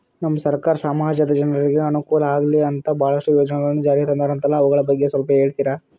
ನಮ್ಮ ಸರ್ಕಾರ ಸಮಾಜದ ಜನರಿಗೆ ಅನುಕೂಲ ಆಗ್ಲಿ ಅಂತ ಬಹಳಷ್ಟು ಯೋಜನೆಗಳನ್ನು ಜಾರಿಗೆ ತಂದರಂತಲ್ಲ ಅವುಗಳ ಬಗ್ಗೆ ಸ್ವಲ್ಪ ಹೇಳಿತೀರಾ?